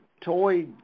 Toy